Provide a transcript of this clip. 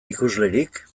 ikuslerik